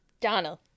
Donald